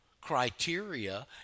criteria